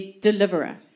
deliverer